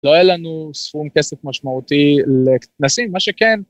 לא היה לנו סכום כסף משמעותי לכנסים, מה שכן...